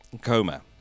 coma